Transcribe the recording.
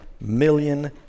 million